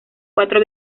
cuatro